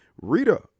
Rita